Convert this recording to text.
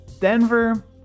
Denver